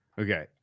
Okay